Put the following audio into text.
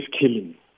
killing